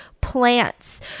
plants